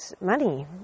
money